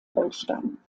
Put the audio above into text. holstein